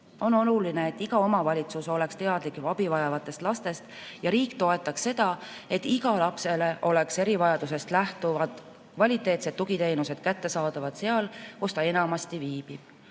oluline, et iga omavalitsus oleks teadlik abivajavatest lastest ja riik toetaks seda, et igale lapsele oleks erivajadusest lähtuvad kvaliteetsed tugiteenused kättesaadavad seal, kus ta enamasti viibib